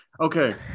Okay